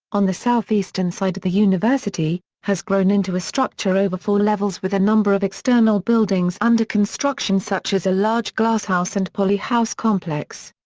on the south eastern side of the university, has grown into a structure over four levels with a number of external buildings under construction such as a large glasshouse and poly-house complex.